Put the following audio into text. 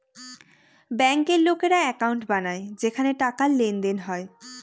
ব্যাঙ্কের লোকেরা একাউন্ট বানায় যেখানে টাকার লেনদেন হয়